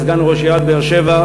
כסגן ראש עיריית באר-שבע,